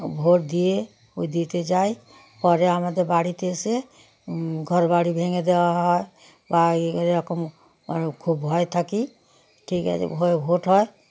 vote দিয়ে ও দিতে যাই পরে আমাদের বাড়িতে এসে ঘরবাড়ি ভেঙে দেওয়া হয় বা এ এরকম খুব ভয় থাকি ঠিক আছে ভয় ভোট হয়